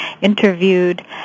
interviewed